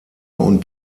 und